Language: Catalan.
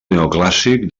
neoclàssic